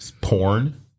porn